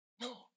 No